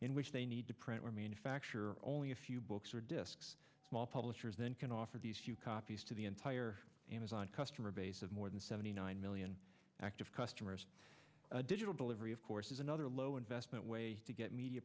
in which they need to print or manufacture only a few books or disks small publishers then can offer these copies to the entire amazon customer base of more than seventy nine million active customers a digital delivery of course is another low investment way to get media